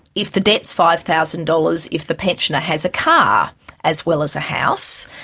if the debt's five thousand dollars, if the pensioner has a car as well as a house,